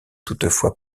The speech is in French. toutefois